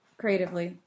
creatively